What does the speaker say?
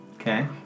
Okay